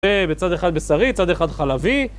בצד אחד בשרי, צד אחד חלבי